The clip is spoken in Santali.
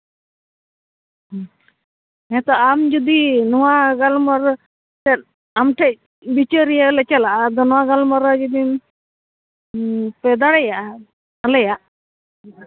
ᱦᱩᱸ ᱦᱮᱛᱚ ᱟᱢ ᱡᱩᱫᱤ ᱱᱚᱣᱟ ᱜᱟᱞᱢᱟᱨᱟᱣ ᱟᱢᱴᱷᱮᱱ ᱵᱤᱪᱟᱹᱨᱤᱭᱟᱹ ᱞᱮ ᱪᱟᱞᱟᱜᱼᱟ ᱟᱫᱚ ᱱᱚᱣᱟ ᱜᱟᱞᱢᱟᱨᱟᱣ ᱡᱩᱫᱤ ᱯᱮ ᱫᱟᱲᱮᱭᱟᱜᱼᱟ ᱟᱞᱮᱭᱟᱜ